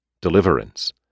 Deliverance